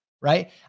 right